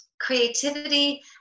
creativity